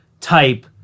type